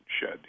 shed